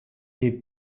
est